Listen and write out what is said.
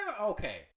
okay